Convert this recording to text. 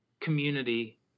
community